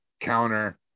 counter